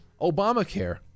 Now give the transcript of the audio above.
Obamacare